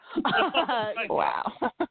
Wow